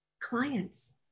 Clients